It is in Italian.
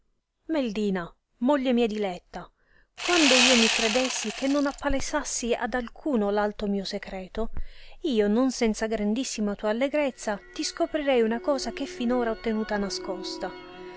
meldina moglie mia diletta quando io mi credessi che tu non appalesassi ad alcuno l alto mio secreto io non senza grandissima tua allegrezza ti scoprirei una cosa che fin ora ho tenuta nascosa